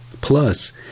Plus